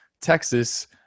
Texas